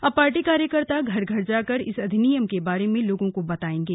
अब पार्टी कार्यकर्ता घर घर जाकर इस अधिनियम के बारे में लोगों को बताएंगे